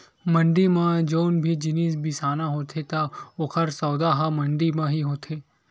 मंड़ी म जउन भी जिनिस बिसाना होथे त ओकर सौदा ह मंडी म ही होथे